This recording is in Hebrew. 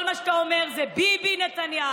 כל מה שאתה אומר זה: ביבי נתניהו,